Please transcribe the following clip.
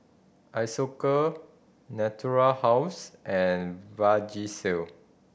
Isocal Natura House and Vagisil